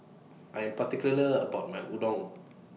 I'm particular about My Udon